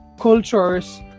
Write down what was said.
cultures